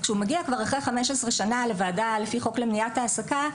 כשהוא מגיע אחרי 15 שנה לוועדה לפי חוק למניעת העסקה,